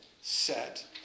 set